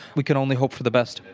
we can only hope for the best.